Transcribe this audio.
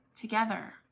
together